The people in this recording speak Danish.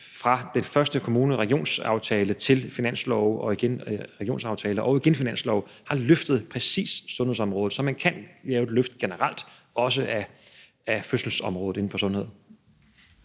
fra den første kommune- og regionsaftale til finanslove og igen i regionsaftaler og finanslove har løftet præcis sundhedsområdet. Så generelt kan man lave et løft, også af fødselsområdet, inden for sundhed.